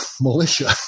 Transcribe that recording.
militia